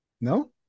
No